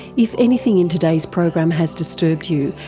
if anything in today's program has disturbed you,